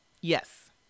Yes